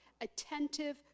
attentive